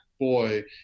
boy